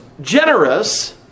generous